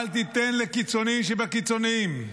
אל תיתן לקיצוניים שבקיצוניים,